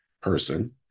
person